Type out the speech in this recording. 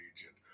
agent